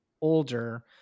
older